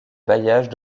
bailliage